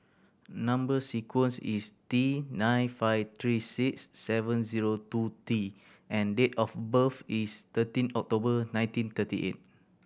number sequence is T nine five three six seven zero two T and date of birth is thirteen October nineteen thirty eight